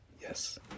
Yes